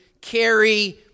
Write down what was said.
carry